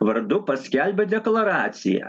vardu paskelbė deklaraciją